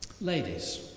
ladies